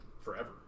forever